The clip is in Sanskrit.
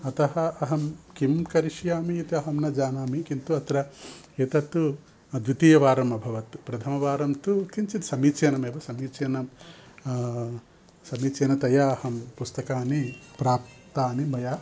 अतः अहं किं करिष्यामि इति अहं न जानामि किन्तु अत्र एतत्तु द्वितीयवारम् अभवत् पथमवारं तु किञ्चित् समीचीनमेव समीचीनं समीचीनतया अहं पुस्तकानि प्राप्तानि मया